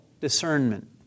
discernment